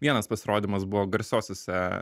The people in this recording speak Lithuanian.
vienas pasirodymas buvo garsiosiose